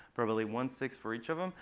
probability one six for each of them.